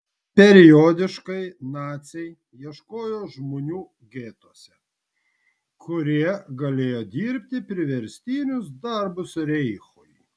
periodiškai naciai ieškojo žmonių getuose kurie galėjo dirbti priverstinius darbus reichui